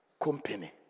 company